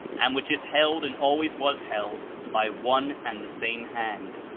and which is held and always was held by one and the same hand.